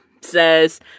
says